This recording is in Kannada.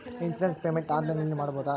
ಇನ್ಸೂರೆನ್ಸ್ ಪೇಮೆಂಟ್ ಆನ್ಲೈನಿನಲ್ಲಿ ಮಾಡಬಹುದಾ?